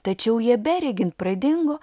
tačiau jie beregint pradingo